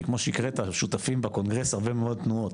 כי כמו שהקראת שותפים בקונגרס הרבה מאוד תנועות,